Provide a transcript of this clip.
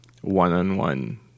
one-on-one